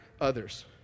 others